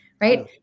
right